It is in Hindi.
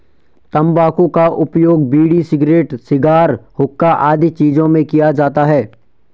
तंबाकू का उपयोग बीड़ी, सिगरेट, शिगार, हुक्का आदि चीजों में किया जाता है